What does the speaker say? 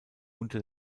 unter